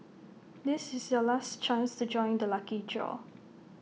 this is your last chance to join the lucky draw